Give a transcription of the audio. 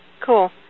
Cool